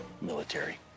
military